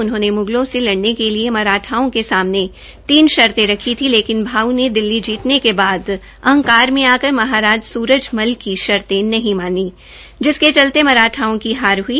उन्होंने मुगलों से लड़ने के लिए मराठाओं के सामने तीन शर्ते रखी थी लेकिन भाऊ ने दिल्ली जीतने के बाद अंहकार में आकर महाराज सूरजमल की शर्ते मानी जिसके चलते मराठाओं की हार ह्ई